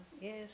Yes